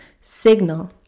signal